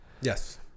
Yes